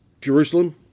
Jerusalem